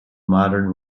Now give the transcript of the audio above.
modern